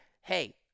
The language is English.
hey